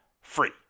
free